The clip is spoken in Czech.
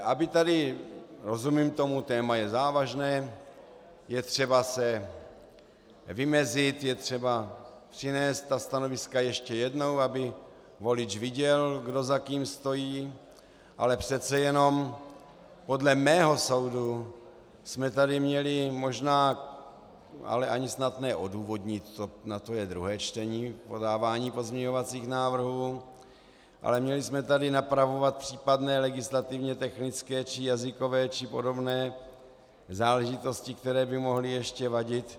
Aby tady rozumím tomu, téma je závažné, je třeba se vymezit, je třeba přinést stanoviska ještě jednou, aby volič viděl, kdo za tím stojí, ale přece jenom podle mého soudu jsme tady měli možná, ale ani snad ne odůvodnit, na to je druhé čtení, podávání pozměňovacích návrhů, ale měli jsme napravovat případně legislativně technické či jazykové či podobné záležitosti, které by mohly ještě vadit.